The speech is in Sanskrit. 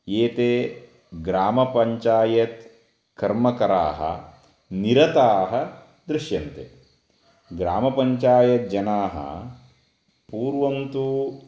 एते ग्रामपञ्चायत् कर्मकराः निरताः दृश्यन्ते ग्रामपञ्चायत् जनाः पूर्वं तु